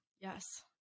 Yes